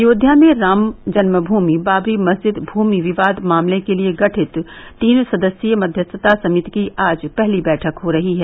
अयोध्या में राम जन्मभूमि बाबरी मस्जिद भूमि विवाद मामले के लिए गठित तीन सदस्यीय मध्यस्थता समिति की आज पहली बैठक हो रही है